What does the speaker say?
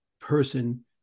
person